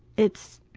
it's,